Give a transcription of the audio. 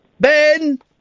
ben